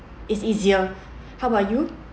it's easier how about you